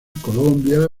colombia